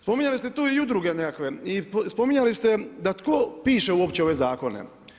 Spominjali ste tu i udruge nekakve i spominjali ste da tko piše uopće ove zakone.